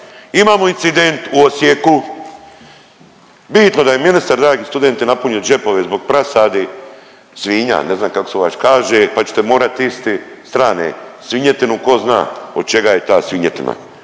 imamo incident u Osijeku. Bitno da je ministar, dragi studenti, napunio džepove zbog prasadi, svinja, ne znam kako se u vas kaže, pa ćete morat isti strane svinjetinu, ko zna od čega je ta svinjetina,